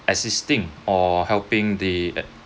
assisting or helping the